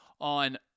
on